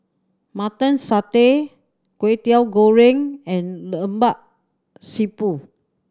Mutton Satay Kwetiau Goreng and Lemak Siput